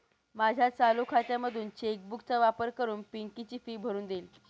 माझ्या चालू खात्यामधून चेक बुक चा वापर करून पिंकी ची फी भरून देईल